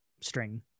string